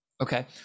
Okay